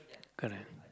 correct